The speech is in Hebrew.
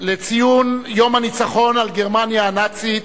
לציון יום הניצחון על גרמניה הנאצית,